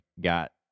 Got